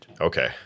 Okay